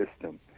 system